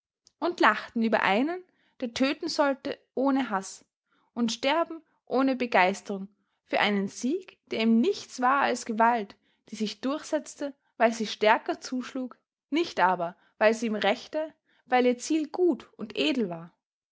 und lachten über einen der töten sollte ohne haß und sterben ohne begeisterung für einen sieg der ihm nichts war als gewalt die sich durchsetzte weil sie stärker zuschlug nicht aber weil sie im rechte weil ihr ziel gut und edel war